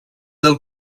del